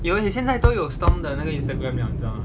有你现在都有 Stomp 的那个 Instagram 两个